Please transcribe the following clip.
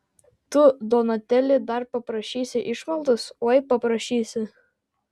tu donatėli dar paprašysi išmaldos oi paprašysi